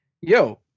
Yo